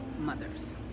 mothers